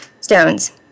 stones